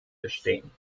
bestehen